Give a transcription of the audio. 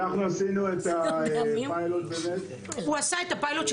הוא עשה את הפיילוט האחרון של